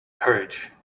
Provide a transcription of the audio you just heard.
courage